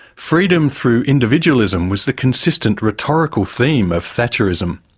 freedom through individualism was the consistent rhetorical theme of thatcherism.